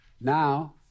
Now